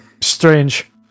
strange